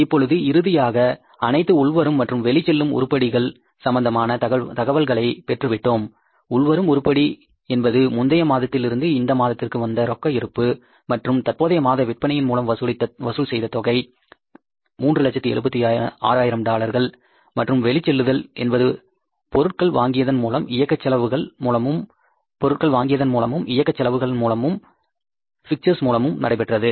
இப்பொழுது இறுதியாக அனைத்து உள்வரும் மற்றும் வெளிச்செல்லும் உருப்படிகள் சம்மந்தமான தகவல்களை பெற்று விட்டோம் உள்வரும் உருப்படி என்பது முந்தைய மாதத்தில் இருந்து இந்த மாதத்திற்கு வந்த ரொக்க இருப்பு மற்றும் தற்போதைய மாத விற்பனையின் மூலம் வசூல் செய்த தொகை 376000 டாலர்கள் மற்றும் வெளி செல்லுதல் என்பது பொருட்கள் வாங்கியதன் மூலமும் இயக்கச் செலவுகள் மூலமும் பிக்டர்ஸ் மூலமும் நடைபெற்றுள்ளது